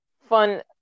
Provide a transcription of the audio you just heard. fun